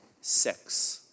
Six